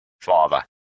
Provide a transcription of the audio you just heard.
father